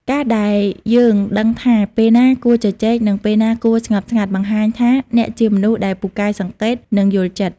ការដែលយើងដឹងថាពេលណាគួរជជែក និងពេលណាគួរស្ងប់ស្ងាត់ បង្ហាញថាអ្នកជាមនុស្សដែលពូកែសង្កេត និងយល់ចិត្ត។